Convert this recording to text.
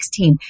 2016